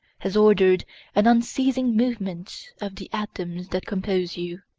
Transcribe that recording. has ordered an unceasing movement of the atoms that compose you,